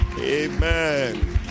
Amen